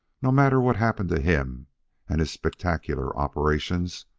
no matter what happened to him and his spectacular operations,